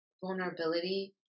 vulnerability